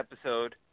episode